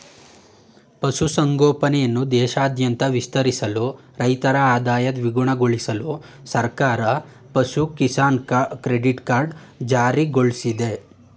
ಪಶು ಸಂಗೋಪನೆನ ದೇಶಾದ್ಯಂತ ವಿಸ್ತರಿಸಲು ರೈತರ ಆದಾಯ ದ್ವಿಗುಣಗೊಳ್ಸಲು ಸರ್ಕಾರ ಪಶು ಕಿಸಾನ್ ಕ್ರೆಡಿಟ್ ಕಾರ್ಡ್ ಜಾರಿಗೊಳ್ಸಿದೆ